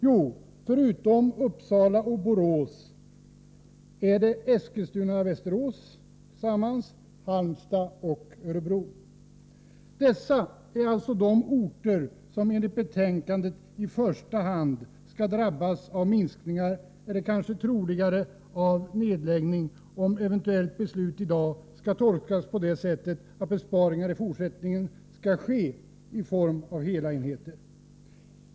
Jo, förutom i Uppsala och Borås finns de i Eskilstuna/Västerås, Halmstad och Örebro. Dessa är alltså de orter som enligt betänkandet i första hand skall drabbas av minskningar, eller kanske troligare av nedläggning, om eventuellt beslut i dag skall tolkas på det sättet att besparingarna i fortsättningen skall ske i form av nedläggning av hela enheter.